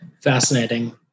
Fascinating